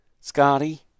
Scotty